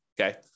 okay